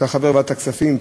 אתה חבר ועדת הכספים,